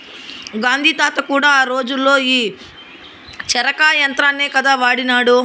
గాంధీ తాత కూడా ఆ రోజుల్లో ఈ చరకా యంత్రాన్నే కదా వాడినాడు